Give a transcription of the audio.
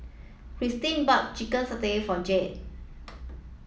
Cristin bought chicken satay for Jade